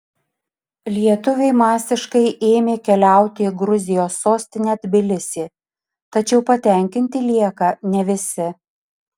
lietuviai masiškai ėmė keliauti į gruzijos sostinę tbilisį tačiau patenkinti lieka ne visi